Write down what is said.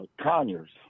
Conyers